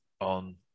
on